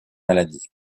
maladie